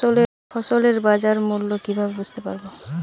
ফসলের বাজার মূল্য কিভাবে বুঝতে পারব?